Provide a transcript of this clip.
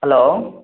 hello